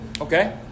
Okay